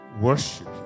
worship